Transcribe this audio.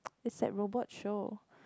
it's like robot show